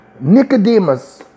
Nicodemus